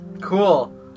Cool